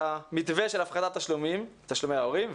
המתווה של הפחתת תשלומי ההורים,